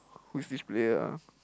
who is this player ah